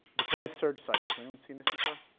the perez surge cycle, has anyone seen this before?